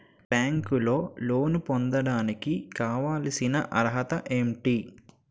బ్యాంకులో లోన్ పొందడానికి కావాల్సిన అర్హత ఏంటి?